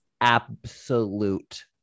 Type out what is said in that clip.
absolute